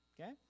okay